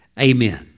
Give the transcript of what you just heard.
Amen